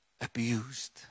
abused